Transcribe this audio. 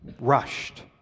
rushed